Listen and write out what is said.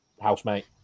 housemate